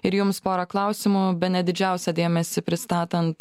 ir jums porą klausimų bene didžiausią dėmesį pristatant